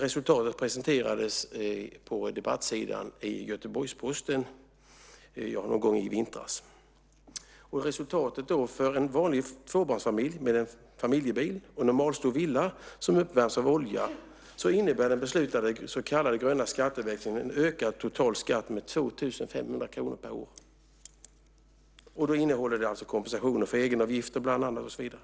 Resultatet presenterades på debattsidan i Göteborgs-Posten någon gång i vintras. För en vanlig tvåbarnsfamilj med en familjebil och en normalstor villa som uppvärms av olja innebär den beslutade så kallade gröna skatteväxlingen ökad total skatt på 2 500 kr per år. Och då innehåller det bland annat kompensationer för egenavgifter och så vidare.